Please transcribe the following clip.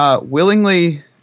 Willingly